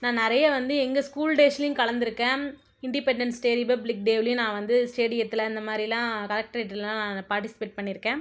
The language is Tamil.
நான் நிறைய வந்து எங்கள் ஸ்கூல் டேஸ்லையும் கலந்துருக்கேன் இண்டிபென்டன்ஸ் டே ரிபப்ளிக் டேவுலியும் நான் வந்து ஸ்டேடியத்தில் அந்தமாதிரிலாம் நானு பார்ட்டிசிபேட் பண்ணிருக்கேன்